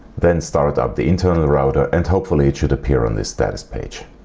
then start up the internal router and hopefully it should appear on this status page.